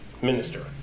minister